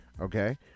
Okay